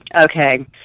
okay